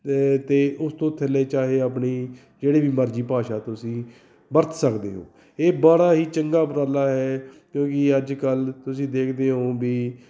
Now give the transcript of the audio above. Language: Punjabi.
ਅਤੇ ਉਸ ਤੋਂ ਥੱਲੇ ਚਾਹੇ ਆਪਣੀ ਜਿਹੜੀ ਵੀ ਮਰਜ਼ੀ ਭਾਸ਼ਾ ਤੁਸੀਂ ਵਰਤ ਸਕਦੇ ਹੋ ਇਹ ਬੜਾ ਹੀ ਚੰਗਾ ਉਪਰਾਲਾ ਹੈ ਕਿਉਂਕਿ ਅੱਜ ਕੱਲ੍ਹ ਤੁਸੀਂ ਦੇਖਦੇ ਹੋ ਵੀ